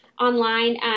online